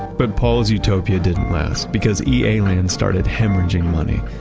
but paul's utopia didn't last, because ea-land started hemorrhaging money.